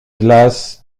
glace